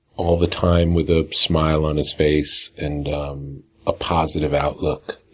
all the time with a smile on his face, and um a positive outlook,